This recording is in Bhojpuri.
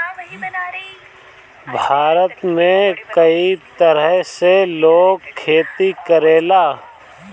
भारत में कई तरह से लोग खेती करेला